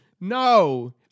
No